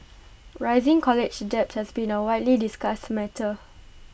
rising college debt has been A widely discussed matter